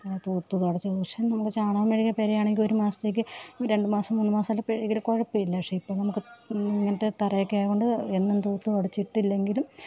അപ്പം തൂത്ത് തുടച്ച് പക്ഷേ നമ്മൾ ചാണകം മെഴുകിയ പെരായാണങ്കിൽ ഒരു മാസത്തേക്ക് രണ്ട് മാസം മൂന്ന് മാസായിട്ട് ഇപ്പം ചെയ്തില്ലേ കുഴപ്പമില്ല പക്ഷേ ഇപ്പം നമുക്ക് ഇങ്ങനത്തെ തറയൊക്കെ ആയത്കൊണ്ട് എന്നും തൂത്ത് തുടച്ചിട്ടില്ലെങ്കിലും